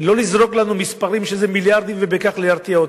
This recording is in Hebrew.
לא לזרוק לנו מספרים שזה מיליארדים ובכך להרתיע אותנו.